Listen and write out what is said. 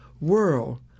world